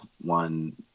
one